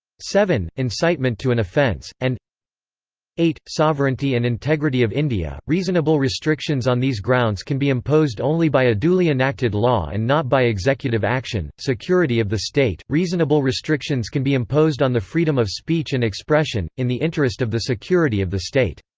incitement to an offence, and viii. sovereignty and integrity of india reasonable restrictions on these grounds can be imposed only by a duly enacted law and not by executive action security of the state reasonable restrictions can be imposed on the freedom of speech and expression, in the interest of the security of the state.